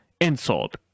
insult